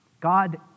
God